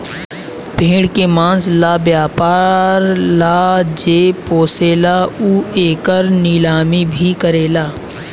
भेड़ के मांस ला व्यापर ला जे पोसेला उ एकर नीलामी भी करेला